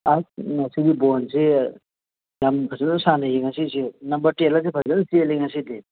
ꯑꯁ ꯉꯁꯤꯒꯤ ꯕꯣꯟꯁꯦ ꯌꯥꯝ ꯐꯖꯅ ꯁꯥꯟꯅꯩꯌꯦ ꯉꯁꯤꯁꯤ ꯅꯝꯕꯔ ꯇꯦꯜ ꯑꯁꯦ ꯐꯖꯅ ꯆꯦꯜꯂꯦ ꯉꯁꯤꯗꯤ